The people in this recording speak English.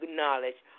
knowledge